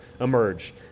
emerge